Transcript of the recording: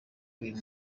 uyu